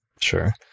Sure